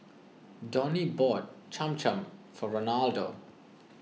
Donny bought Cham Cham for Reynaldo